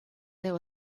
there